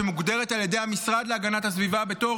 שמוגדרת על ידי המשרד להגנת הסביבה בתור